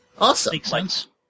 Awesome